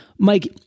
Mike